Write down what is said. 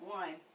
one